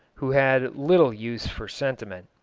who had little use for sentiment.